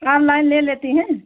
online ले लेती हैं